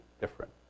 different